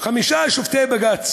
חמישה שופטי בג"ץ